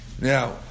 Now